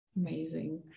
Amazing